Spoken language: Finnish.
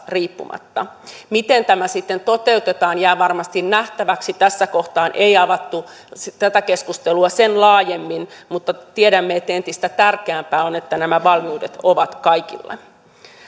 riippumatta miten tämä sitten toteutetaan jää varmasti nähtäväksi tässä kohtaa ei avattu tätä keskustelua sen laajemmin mutta tiedämme että entistä tärkeämpää on että nämä valmiudet ovat kaikilla